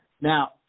Now